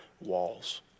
Walls